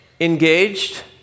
engaged